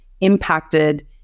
impacted